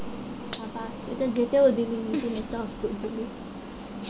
সামাজিক পূজা পার্বণ এর জন্য ঋণ পাওয়া যাবে কি?